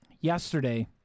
Yesterday